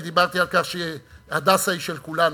אני דיברתי על כך ש"הדסה" הוא של כולנו,